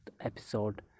episode